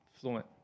fluent